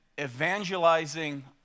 evangelizing